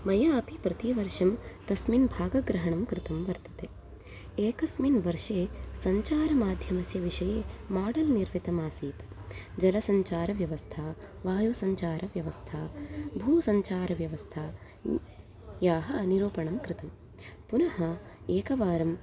मयापि प्रतिवर्षं तस्मिन् भागग्रहणं कृतं वर्तते एकस्मिन् वर्षे सञ्चारमाध्यमस्य विषये माडल् निर्मितमासीत् जलसञ्चारव्यवस्था वायुसञ्चारव्यवस्था भूसञ्चारव्यवस्था न् याः निरूपणं कृतं पुनः एकवारम्